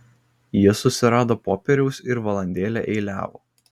jis susirado popieriaus ir valandėlę eiliavo